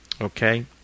Okay